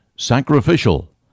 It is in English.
sacrificial